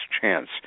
chance